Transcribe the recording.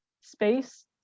space